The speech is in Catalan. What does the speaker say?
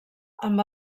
amb